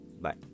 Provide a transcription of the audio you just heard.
Bye